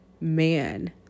man